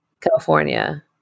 california